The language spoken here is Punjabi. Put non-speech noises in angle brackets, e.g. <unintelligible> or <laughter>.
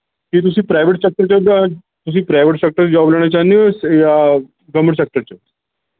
ਕੀ ਤੁਸੀ ਪ੍ਰਾਈਵੇਟ ਸੈਕਟਰ 'ਚ <unintelligible> ਤੁਸੀਂ ਪ੍ਰਾਈਵੇਟ ਸੈਕਟਰ 'ਚ ਜੋਬ ਲੈਣਾ ਚਾਹੁੰਦੇ ਹੋ ਜਾਂ ਗਰਵਮੈਂਟ ਸੈਕਟਰ 'ਚ